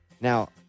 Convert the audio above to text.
Now